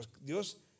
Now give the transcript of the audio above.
Dios